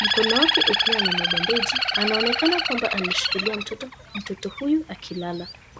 Mkono wake uko pia na mabandeji anaonekana kwamba anashikilia mtoto, mtoto huyu akilala.